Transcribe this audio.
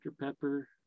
Pepper